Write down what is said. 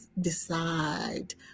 decide